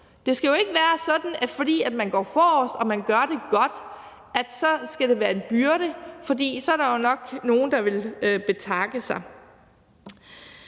Det skal jo ikke være sådan, at fordi man går forrest og gør det godt, skal det være en byrde, for så er der nok nogle, der vil betakke sig.